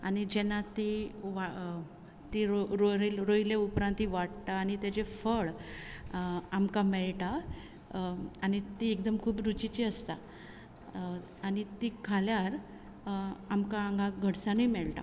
आनी जेन्ना ती वा ती रोयले उपरांत ती वाडटा आनी ताजे फळ आमकां मेळटा आनी ती एकदम खूब रुचीची आसता आनी ती खाल्यार आमकां आंगा घडसानूय मेळटा